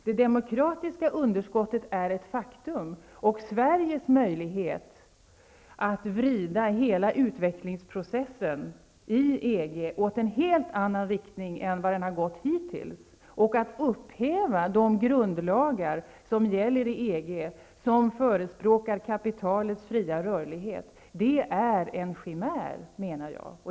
Det demokratiska underskottet är ett faktum, och Sveriges möjlighet att vrida hela utvecklingsprocessen i EG i en helt annan riktning än den har gått hittills och att upphäva de grundlagar som gäller i EG och som förespråkar kapitalets fria rörlighet, det är en chimär, menar jag.